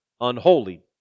unholy